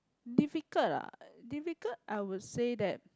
difficult ah difficult I would say that